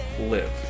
live